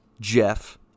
jeff